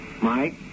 Mike